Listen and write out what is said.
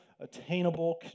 attainable